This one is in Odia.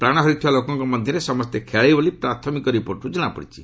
ପ୍ରାଣହରାଇଥିବା ଲୋକଙ୍କ ମଧ୍ୟରେ ସମସ୍ତେ ଖେଳାଳି ବୋଲି ପ୍ରାଥମିକ ରିପୋର୍ଟରୁ ଜଣାପଡ଼ିଛି